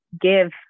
give